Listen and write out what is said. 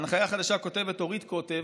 כותבת אורית קוטב,